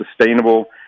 sustainable